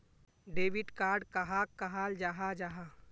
Debit card कहाक कहाल जाहा जाहा?